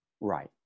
right